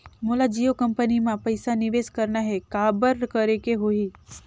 मोला जियो कंपनी मां पइसा निवेश करना हे, काबर करेके होही?